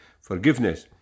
forgiveness